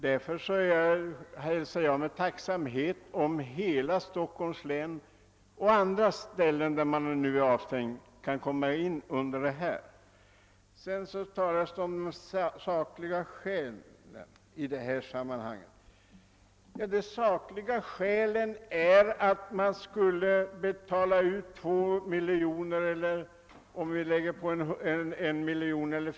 Därför hälsar jag med tillfredsställelse om hela Stockholms län kan innefattas i föreliggande förslag om rätt till fiske. Det talas om sakliga skäl i sammanhanget. Ja, de sakliga skälen var tidigare att man ur statskassan skulle betala ut 2 å 3 mijloner kronor för intrång i fiskerättigheter.